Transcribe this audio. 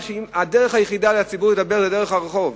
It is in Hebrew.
שהדרך היחידה לציבור לדבר היא דרך הרחוב.